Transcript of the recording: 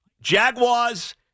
Jaguars